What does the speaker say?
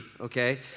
okay